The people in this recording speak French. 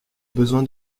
besoin